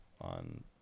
on